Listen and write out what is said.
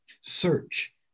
Search